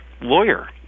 lawyer